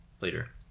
later